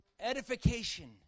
Edification